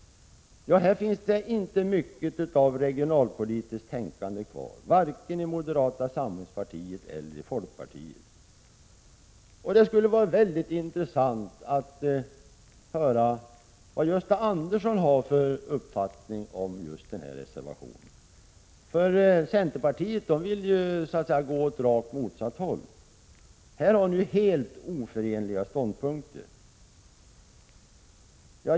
Här finns det inte mycket av regionalpolitiskt tänkande kvar, varken i moderata samlingspartiet eller i folkpartiet. Det skulle vara intressant att få höra Gösta Anderssons uppfattning om denna reservation. Centerpartiet vill ju gå åt rakt motsatt håll. Här har ni helt oförenliga ståndpunkter.